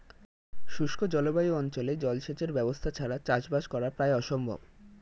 শুষ্ক জলবায়ু অঞ্চলে জলসেচের ব্যবস্থা ছাড়া চাষবাস করা প্রায় অসম্ভব